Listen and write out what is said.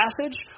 passage